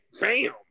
bam